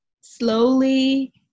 slowly